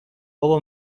بابا